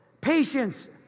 Patience